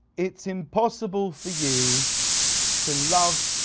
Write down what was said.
it's impossible for you to love